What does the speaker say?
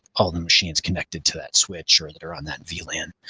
all the machines connected to that switch or that are on that v lan.